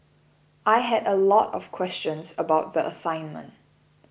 I had a lot of questions about the assignment